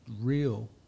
real